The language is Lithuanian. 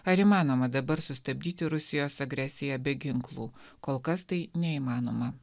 ar įmanoma dabar sustabdyti rusijos agresiją be ginklų kol kas tai neįmanoma